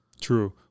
True